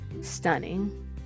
stunning